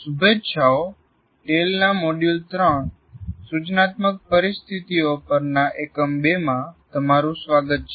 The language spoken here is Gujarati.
શુભેચ્છાઓ ટેલના મોડ્યુલ ૩ સૂચનાત્મક પરિસ્થિતિઓ પર ના એકમ ૨ માં તમારું સ્વાગત છે